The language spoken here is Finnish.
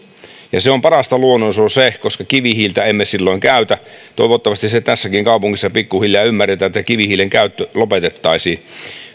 ja se on parasta luonnonsuojelua se koska kivihiiltä emme silloin käytä toivottavasti se tässäkin kaupungissa pikkuhiljaa ymmärretään ja ja kivihiilen käyttö lopetettaisiin